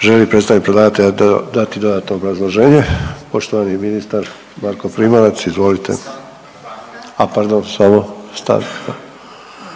Želi li predstavnik predlagatelja dati dodatno obrazloženje? Poštovani ministar Marko Primorac, izvolite. .../Upadica se